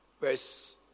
verse